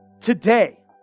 today